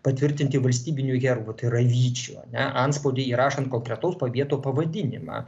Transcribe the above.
patvirtinti valstybiniu herbu tai yra vyčiu ane antspaude įrašant konkretaus pavieto pavadinimą